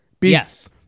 Yes